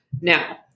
Now